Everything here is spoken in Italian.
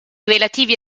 relativi